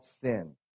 sin